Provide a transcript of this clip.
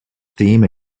theme